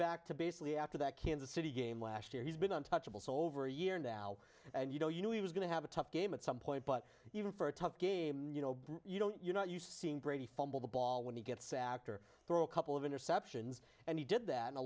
back to basically after that kansas city game last year he's been on touchable so over a year now and you know you knew he was going to have a tough game at some point but even for a tough game you know you don't you're not used to seeing brady fumble the ball when you get sacked or throw a couple of interceptions and he did that in